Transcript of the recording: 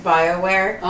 Bioware